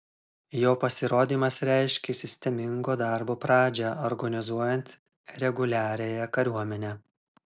jo pasirodymas reiškė sistemingo darbo pradžią organizuojant reguliariąją kariuomenę